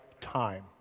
time